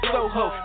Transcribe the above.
Soho